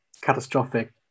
catastrophic